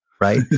right